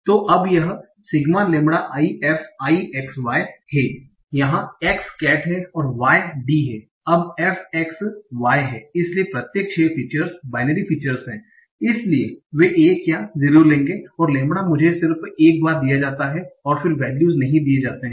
तो अब यह sigma lambda i f i x y है यहाँ x cat है और y D है अब f x y है इसलिए प्रत्येक छः फीचर्स बाइनेरी फीचर्स हैं इसलिए वे 1 या 0 लेंगे और लैंबडा मुझे सिर्फ 1 बार दिए जाता हैं और फिर वैल्यूस नहीं दिए जाते हैं